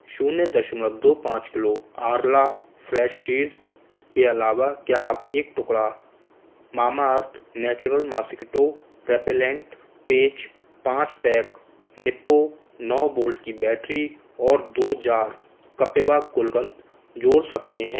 शून्य दशमलव दो पाँच किलो आर्ला फ्रेश चीज़ के अलावा क्या आप एक टुकड़ा Mamaearth natural mosquito repellent patch पाँच पैक निप्पो नौ वोल्ट की बैटरी और दो जार कपिवा गुलकंद जोड़ सकते हैं